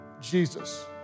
Jesus